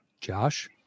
Josh